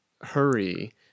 hurry